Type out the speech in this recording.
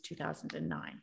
2009